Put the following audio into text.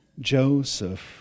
Joseph